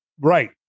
Right